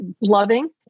loving